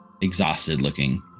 exhausted-looking